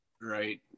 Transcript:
Right